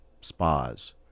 spas